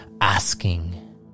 asking